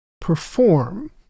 perform